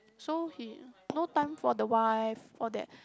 so he no time for the wife all that